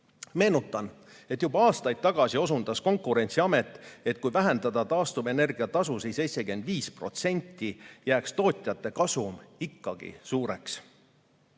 Meenutan, et juba aastaid tagasi osutas Konkurentsiamet, et kui vähendada taastuvenergia tasusid 75%, jääks tootjate kasum ikkagi suureks. Meie